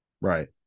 Right